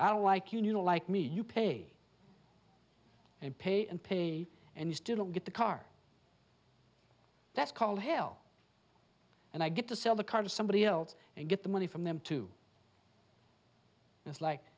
i don't like you know like me you pay and pay and pay and you still get the car that's called hell and i get to sell the car to somebody else and get the money from them too it's like